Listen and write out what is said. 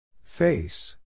Face